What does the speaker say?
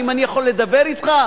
האם אני יכול לדבר אתך,